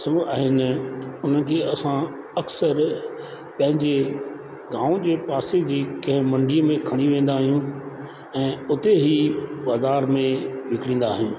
फसलू आहिनि उन्हनि खे असां अक्सर पंहिंजे गांव जे पासे जी कंहिं मंडीअ में खणी वेंदा आहियूं ऐं उते ई बाज़ारि में विकिणींदा आहियूं